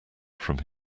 from